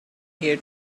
here